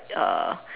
uh